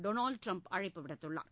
Donald Trump அழைப்பு விடுத்துள்ளார்